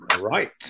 Right